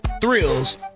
thrills